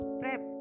prep